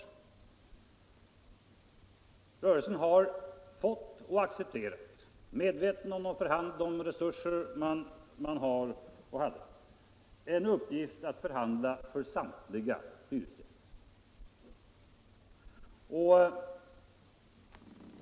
Hyresgäströrelsen har fått och accepterat — medveten om de resurser den har — en uppgift att förhandla för samtliga hyresgäster.